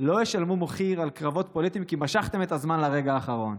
לא ישלמו מחיר על קרבות פוליטיים כי משכתם את הזמן לרגע האחרון.